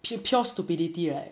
pur~ pure stupidity right